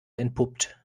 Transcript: entpuppt